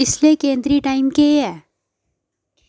इसलै केंद्री टाइम केह् ऐ